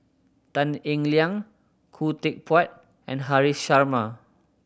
Tan Eng Liang Khoo Teck Puat and Haresh Sharma